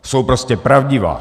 Jsou prostě pravdivá.